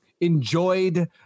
enjoyed